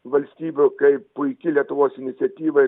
valstybių kaip puiki lietuvos iniciatyva